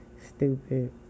Stupid